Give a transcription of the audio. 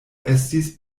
estis